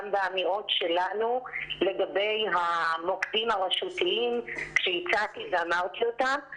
באמירות שלנו לגבי המוקדים הרשותיים כשהצעתי ואמרתי אותם.